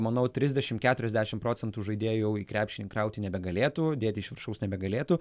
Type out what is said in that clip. manau trisdešim keturiasdešim procentų žaidėjų į krepšį įkrauti nebegalėtų dėt iš viršaus nebegalėtų